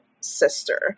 sister